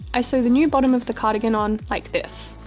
i sew the new bottom of the cardigan on like this.